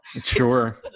Sure